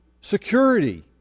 security